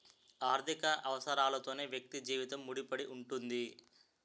ఆర్థిక అవసరాలతోనే వ్యక్తి జీవితం ముడిపడి ఉంటుంది